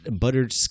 buttered